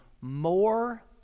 more